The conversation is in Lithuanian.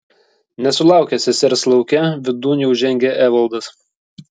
nesulaukęs sesers lauke vidun jau žengė evaldas